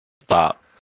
Stop